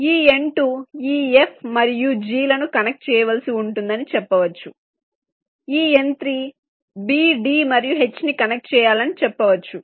ఈ N2 ఈ f మరియు g లను కనెక్ట్ చేయవలసి ఉంటుందని చెప్పవచ్చు ఈ N3 b d మరియు h ను కనెక్ట్ చేయాలనీ చెప్పవచ్చు